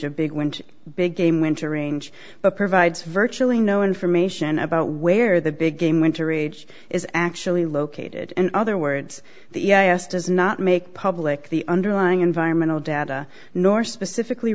wind big game wintering but provides virtually no information about where the big game wintery age is actually located in other words the past does not make public the underlying environmental data nor specifically